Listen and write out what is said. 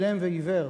אילם ועיוור,